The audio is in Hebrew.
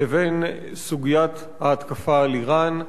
לבין סוגיית ההתקפה על אירן.